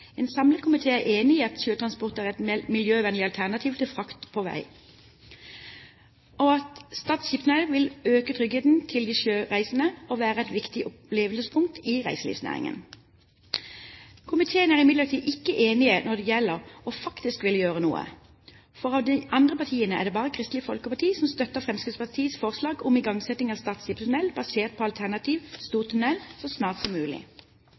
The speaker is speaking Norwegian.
En samlet komité er enig om at sjøtransport er et miljøvennlig alternativ til frakt på vei, og at Stad skipstunnel vil øke tryggheten til de sjøreisende og være et viktig opplevelsesprodukt i reiselivssammenheng. Komiteen er imidlertid ikke enig når det gjelder å faktisk ville gjøre noe, for av de andre partiene er det bare Kristelig Folkeparti som støtter Fremskrittspartiets forslag om igangsetting av Stad skipstunnel basert på alternativ Stor Tunnel så snart som mulig.